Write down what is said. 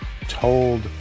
told